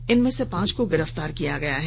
इनमें से पांच को गिरफ्तार कर लिया गया है